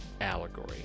allegory